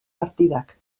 partidak